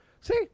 See